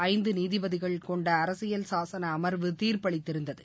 ஐந்து நீதிபதி கொண்ட அரசியல்ஈசன அமர்வு தீர்ப்பளித்திருந்தது